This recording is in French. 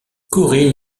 corinne